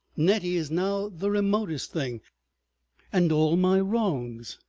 nettie is now the remotest thing and all my wrongs.